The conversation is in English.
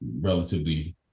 relatively